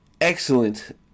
excellent